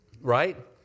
Right